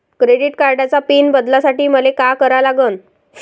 Credit कार्डाचा PIN बदलासाठी मले का करा लागन?